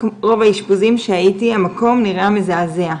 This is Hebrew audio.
רוב האשפוזים שהייתי המקום נראה מזעזע.